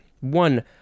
one